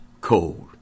cold